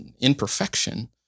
imperfection